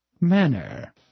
manner